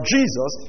Jesus